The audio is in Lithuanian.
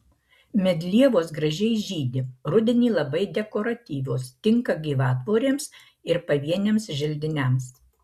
medlievos gražiai žydi rudenį labai dekoratyvios tinka gyvatvorėms ir pavieniams želdiniams